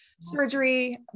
Surgery